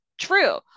true